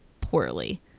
poorly